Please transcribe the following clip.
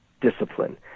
discipline